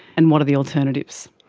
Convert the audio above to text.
and what are the alternatives.